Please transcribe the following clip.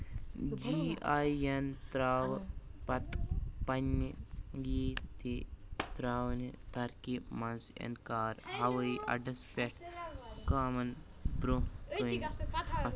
جی آی یَن ترٛاو پتہٕ پنٕنہِ یہِ تہِ تر٘ٲوِن تركی منز اِنٛكار ہوٲیی اڈس پیٚٹھ حكامن برٛونٛہہ كنہِ ہتھ